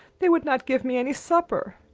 they would not give me any supper.